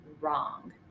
wrong